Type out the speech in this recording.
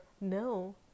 no